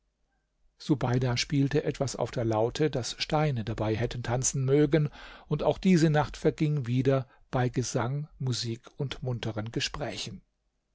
subeida spielte etwas auf der laute daß steine dabei hätten tanzen mögen und auch diese nacht verging wieder bei gesang musik und munteren gesprächen